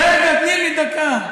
רגע, תני לי דקה.